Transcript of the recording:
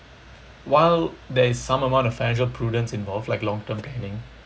while there is some amount of financial prudence involved like long-term planning